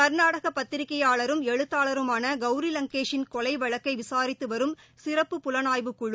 க்நாடக பத்திரிகையாளரும் எழுத்தாளருமான கௌரி லங்கேஷின் கொலை வழக்கை விசாித்து வரும் சிறப்பு புலனாய்வுக் குழு